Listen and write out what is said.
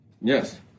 Yes